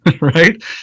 right